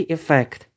Effect